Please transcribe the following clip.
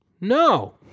No